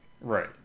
right